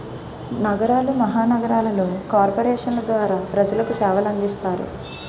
నగరాలు మహానగరాలలో కార్పొరేషన్ల ద్వారా ప్రజలకు సేవలు అందిస్తారు